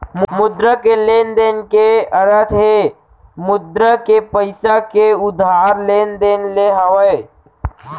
मुद्रा के लेन देन के अरथ हे मुद्रा के पइसा के उधार लेन देन ले हावय